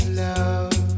love